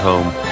home